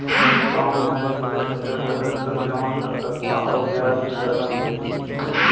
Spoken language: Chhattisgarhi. कौन मै छोटे छोटे बचत कर जमा कर सकथव अउ ब्याज भी जादा मिले?